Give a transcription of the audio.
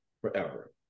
Forever